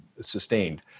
sustained